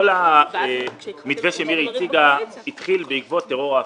כל המתווה שמירי הציגה התחיל בעקבות טרור העפיפונים.